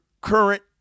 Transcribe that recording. current